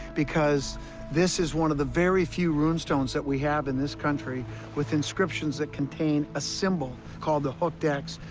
because this is one of the very few rune stones that we have in this country with inscriptions that contain a symbol called the hooked x,